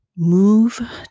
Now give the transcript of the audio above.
move